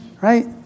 right